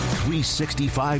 365